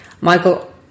Michael